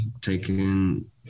taking